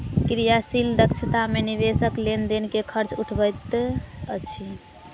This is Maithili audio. क्रियाशील दक्षता मे निवेशक लेन देन के खर्च उठबैत अछि